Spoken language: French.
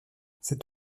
cet